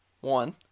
one